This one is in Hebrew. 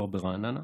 הוא גר ברעננה.